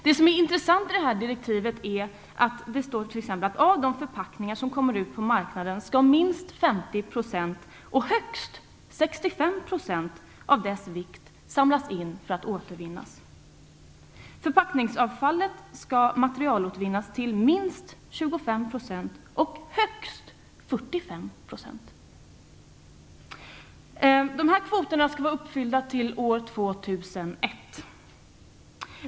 Det som är intressant i direktivet är att minst 50 % och högst 65 % av vikten av de förpackningar som kommer ut på marknaden skall återvinnas. Förpackningsavfallet skall materialåtervinnas till minst 25 % och högst 45 %. Dessa kvoter skall vara uppfyllda till år 2001.